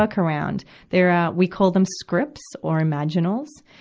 workaround. they're, ah, we call them scripts or imaginals.